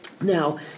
Now